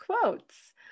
quotes